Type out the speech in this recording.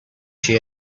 she